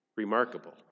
Remarkable